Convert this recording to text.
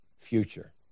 future